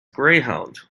greyhound